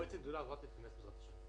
מועצת גדולי התורה תתכנס בעזרת השם.